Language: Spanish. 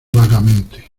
vagamente